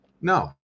no